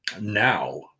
now